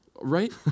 right